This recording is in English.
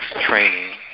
training